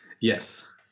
Yes